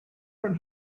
from